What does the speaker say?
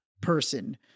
person